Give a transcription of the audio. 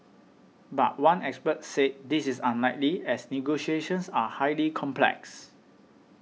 but one expert said this is unlikely as negotiations are highly complex